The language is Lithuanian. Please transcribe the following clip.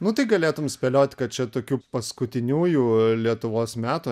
nu tai galėtum spėliot kad čia tokių paskutiniųjų lietuvos metų